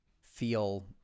feel